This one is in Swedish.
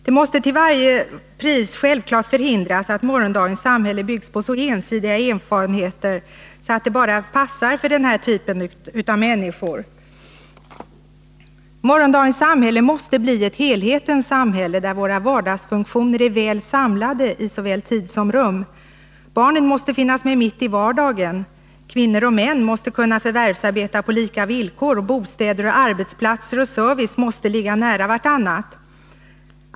Det måste självfallet till varje pris förhindras att morgondagens samhälle byggs på så ensidiga erfarenheter, att det bara passar för den här typen av människor. Morgondagens samhälle måste bli ett helhetens samhälle, där våra vardagsfunktioner är väl samlade i såväl tid som rum. Barnen måste finnas med mitt i vardagen. Kvinnor och män måste kunna förvärvsarbeta på lika villkor. Bostäder, arbetsplatser och service måste ligga nära varandra.